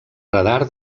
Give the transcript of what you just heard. radar